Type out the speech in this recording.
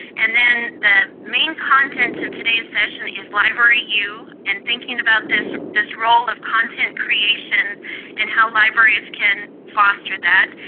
and then, the main content of today's session is libraryyou and thinking about this this role of content creation and how libraries can foster that.